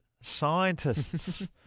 scientists